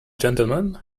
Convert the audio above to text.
gentlemen